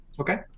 Okay